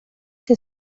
que